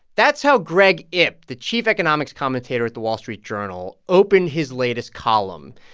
that's how greg ip, the chief economics commentator at the wall street journal, opened his latest column,